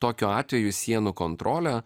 tokiu atveju sienų kontrolė